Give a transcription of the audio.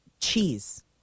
Cheese